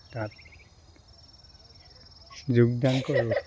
তাত যোগদান কৰোঁ